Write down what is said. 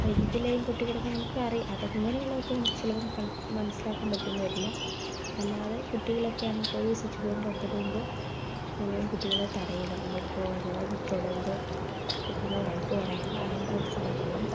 വൈദ്യുതി ലൈൻ പൊട്ടി കിടക്കുമ്പോൾ നമുക്ക് അറിയാം അത് അങ്ങനെയുള്ളതൊക്കെ നമുക്ക് ചിലപ്പോൾ കണ്ട് മനസിലാക്കാൻ പറ്റും എന്ന് വരില്ല അല്ലാതെ കുട്ടികളൊക്കെയാണെങ്കിൽ പോയി സ്വിച്ച് ബോർഡിൻ്റെ അടുത്തോട്ട് പോകുമ്പോൾ കഴിവതും കുട്ടികളെ തടയുക അങ്ങോട്ട് പോകരുത് അത് തൊടരുത് ഒക്കെ പറഞ്ഞ് വഴക്ക് പറയുക ഐയൺ ബോക്സ് ആണേ പോലും